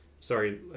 sorry